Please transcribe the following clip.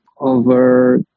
Over